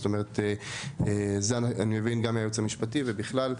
זאת אומרת זה אני מבין גם מהיועץ המשפטי ובכלל,